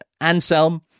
Anselm